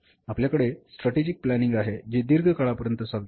आपल्याकडे strategic planning आहे जी दीर्घ काळापर्यंत चालते